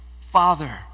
Father